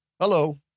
Hello